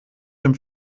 dem